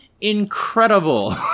incredible